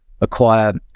acquire